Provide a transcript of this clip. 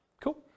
Cool